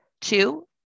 two